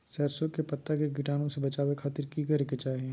सरसों के पत्ता के कीटाणु से बचावे खातिर की करे के चाही?